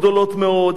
גדולות מאוד,